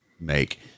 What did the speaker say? make